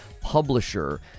publisher